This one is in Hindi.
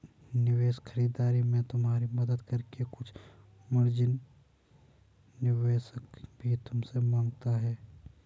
निवेश खरीदारी में तुम्हारी मदद करके कुछ मार्जिन निवेशक भी तुमसे माँगता है